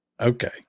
okay